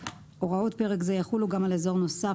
"הוראות פרק זה יחולו גם על אזור נוסף